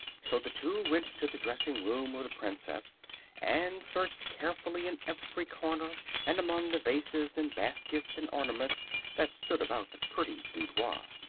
so the two went to the dressing-room of the princess and searched carefully in every corner and among the vases and baskets and ornaments that stood about the pretty boudoir.